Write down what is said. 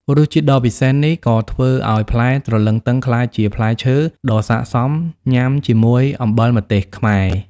រសជាតិដ៏ពិសេសនេះក៏ធ្វើឲ្យផ្លែទ្រលឹងទឹងក្លាយជាផ្លែឈើដ៏ស័ក្តិសមញ៉ាំជាមួយអំបិលម្ទេសខ្មែរ។